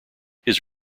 his